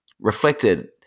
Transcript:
reflected